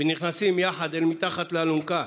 ונכנסים יחד מתחת לאלונקה